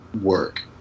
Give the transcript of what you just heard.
work